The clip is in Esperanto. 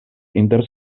inter